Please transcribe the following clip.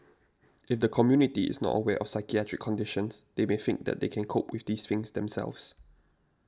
if the community is not aware of psychiatric conditions they may think that they can cope with these things themselves